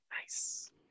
Nice